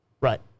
Right